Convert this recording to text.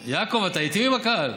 יעקב, אתה איתי או עם הקהל?